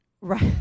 right